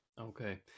Okay